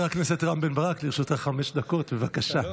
לרשותך חמש דקות, בבקשה.